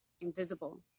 Invisible